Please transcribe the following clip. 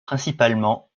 principalement